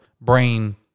brain